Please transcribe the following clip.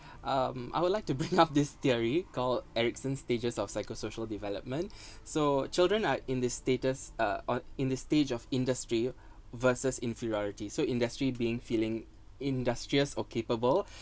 um I would like to bring up this theory called Erikson's stages of psycho social development so children uh in this status or or in the stage of industry versus inferiority so industry being feeling industrious or capable